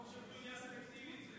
חופש הביטוי נהיה סלקטיבי.